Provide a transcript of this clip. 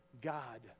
god